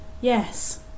Yes